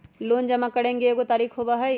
Loan जमा करेंगे एगो तारीक होबहई?